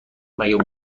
مگه